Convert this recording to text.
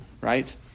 right